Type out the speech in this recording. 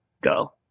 Go